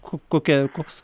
ko kokia koks